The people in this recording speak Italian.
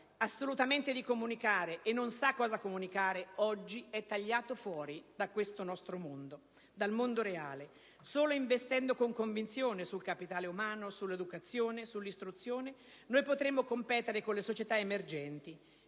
è in grado di comunicare e non sa cosa comunicare oggi è tagliato fuori da questo nostro mondo, dal mondo reale. Solo investendo con convinzione sul capitale umano, sull'educazione e sull'istruzione potremo competere con le società emergenti.